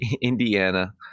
Indiana